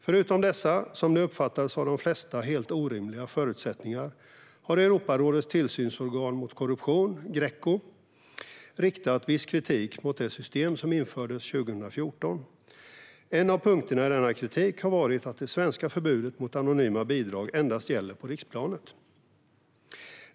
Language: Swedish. Förutom dessa, som det uppfattats av de flesta, helt orimliga förutsättningar har Europarådets tillsynsorgan mot korruption, Greco, riktat viss kritik mot det system som infördes 2014. En av punkterna i denna kritik har varit att det svenska förbudet mot anonyma bidrag endast gäller på riksplanet.